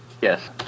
Yes